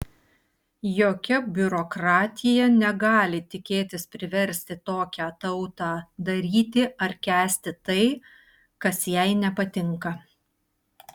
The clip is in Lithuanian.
jokia biurokratija negali tikėtis priversti tokią tautą daryti ar kęsti tai kas jai nepatinka